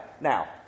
now